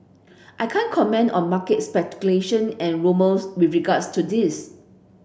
I can't comment on market speculation and rumours with regards to this